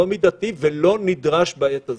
לא מידתי ולא נדרש בעת הזאת.